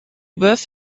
boeuf